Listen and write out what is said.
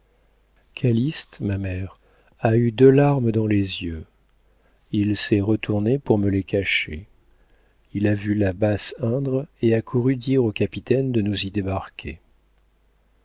calyste ma mère a eu deux larmes dans les yeux il s'est retourné pour me les cacher il a vu la basse indre et a couru dire au capitaine de nous y débarquer